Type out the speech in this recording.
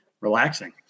relaxing